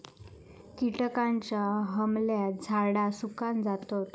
किटकांच्या हमल्यात झाडा सुकान जातत